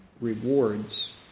rewards